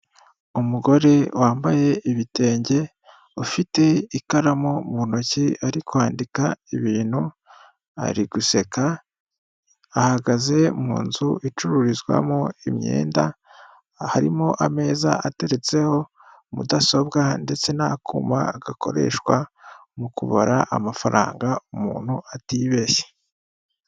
Umugore wambaye ibitenge, ufite ikaramu mu ntoki, ari kwandika ibintu, ari guseka ahagaze mu nzu icururizwamo imyenda, harimo ameza ateretseho mudasobwa ndetse n'akuma gakoreshwa mu kubara amafaranga umuntu atibeshye.